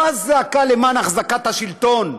לא הזעקה למען החזקת השלטון,